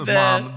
mom